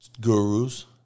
gurus